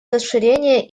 расширения